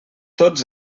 tots